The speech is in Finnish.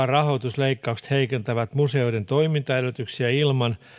rahoitusleikkaukset heikentävät museoiden toimintaedellytyksiä ilman